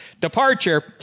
departure